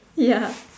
ya